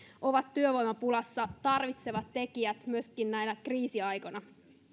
ovat työvoimapulassa tarvitsevat tekijät myöskin näinä kriisiaikoina